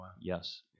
Yes